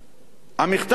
המכתב בדרך,